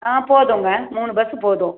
ஆ போதுங்க மூணு பஸ்ஸு போதும்